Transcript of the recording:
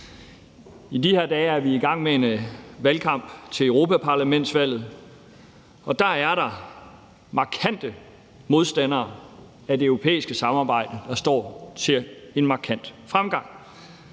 I de her dage er vi i gang med en valgkamp til europaparlamentsvalget, og der er der markante modstandere af det europæiske samarbejde, der står til en markant fremgang.